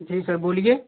जी sir बोलिए